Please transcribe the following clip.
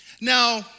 Now